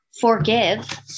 Forgive